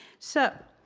so,